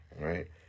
Right